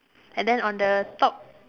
and then on the top